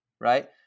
right